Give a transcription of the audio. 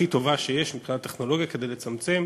הכי טובה שיש מבחינת טכנולוגיה כדי לצמצם.